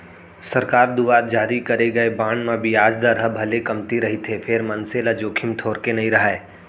सरकार दुवार जारी करे गे बांड म बियाज दर ह भले कमती रहिथे फेर मनसे ल जोखिम थोरको नइ राहय